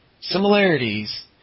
similarities